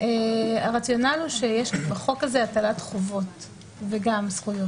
אבל הטלת החובה וחובת